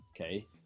okay